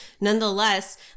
Nonetheless